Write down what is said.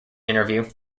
interview